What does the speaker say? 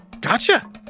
Gotcha